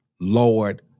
Lord